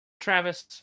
travis